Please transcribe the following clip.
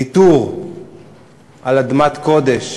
ויתור על אדמת קודש